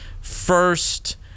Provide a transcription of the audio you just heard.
first